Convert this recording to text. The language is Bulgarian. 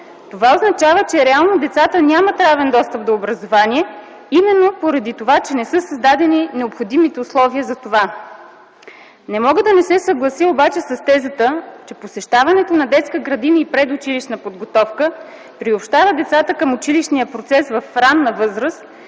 което означава, че реално децата нямат равен достъп до образование, именно поради това, че не са създадени необходимите условия. Не мога да не се съглася обаче с тезата, че посещаването на детска градина и предучилищна подготовка приобщава децата към училищния процес в ранна възраст,